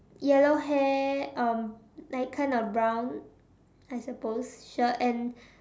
yellow hair um like kind of brown I suppose shirt and